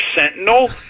Sentinel